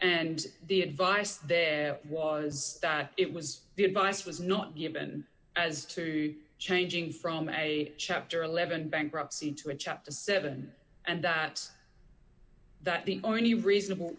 and the advice there was that it was the advice was not given as terry changing from a chapter eleven bankruptcy to a chapter seven and that that the only reasonable